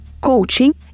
coaching